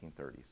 1930s